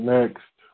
Next